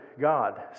God